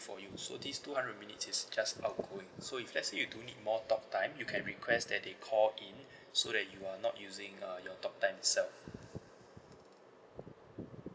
for you so these two hundred minutes is just outgoing so if let's say you do need more talk time you can request that they call in so that you are not using uh your talk time itself